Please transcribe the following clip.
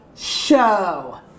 Show